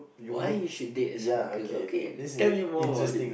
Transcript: why you should date a small girl okay tell me more about it